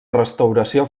restauració